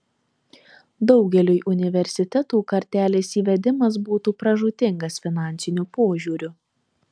daugeliui universitetų kartelės įvedimas būtų pražūtingas finansiniu požiūriu